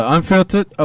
Unfiltered